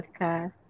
podcast